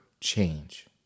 change